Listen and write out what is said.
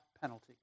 penalty